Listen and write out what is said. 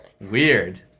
Weird